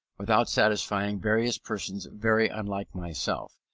without satisfying various persons very unlike myself,